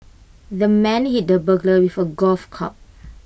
the man hit the burglar with A golf club